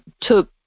took